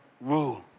rule